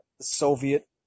Soviet